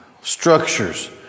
structures